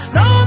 no